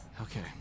Okay